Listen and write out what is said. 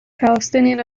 palestinian